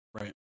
Right